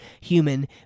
human